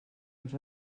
els